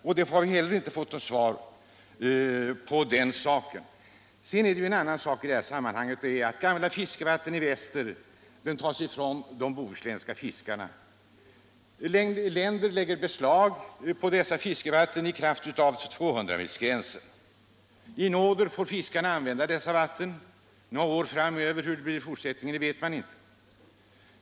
Vi har heller inte fått något svar på den punkten. Sedan är det en annan sak i detta sammanhang som jag vill ta upp. Gamla fiskevatten i väster tas ifrån de bohuslänska fiskarna. Länder lägger beslag på dessa fiskevatten i kraft av 200-milsgränsen. I nåder får de svenska fiskarna använda dessa vatten några år framöver. Hur det blir i fortsättningen vet man inte.